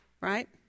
right